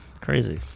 Crazy